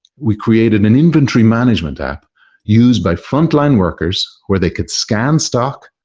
we created an inventory management app used by front-line workers where they could scan stock,